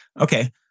Okay